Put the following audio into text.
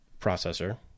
processor